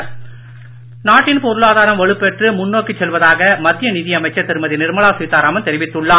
நிர்மலா சீத்தாராமன் நாட்டின் பொருளாதாரம் வலுப்பெற்று முன்னோக்கிச் செல்வதாக மத்திய நிதியமைச்சர் திருமதி நிர்மலா சீத்தாராமன் தெரிவித்துள்ளார்